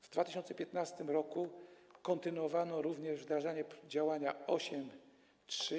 W 2015 r. kontynuowano również wdrażanie działania 8.3: